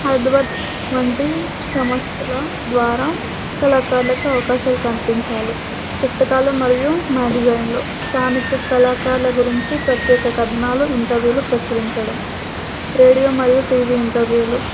హైదరాబాదు వంటి సంస్థల ద్వారా కళాకారులకు అవకాశాలు కల్పించాలి పుస్తకాలు మరియు మ్యాగజైన్లు స్థానిక కళాకారుల గురించి ప్రత్యేక కథనాలు ఇంటర్వ్యూలు ప్రచురించడం రేడియో మరియు టీవీ ఇంటర్వ్యూలు